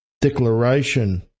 Declaration